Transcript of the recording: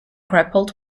grappled